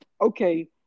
okay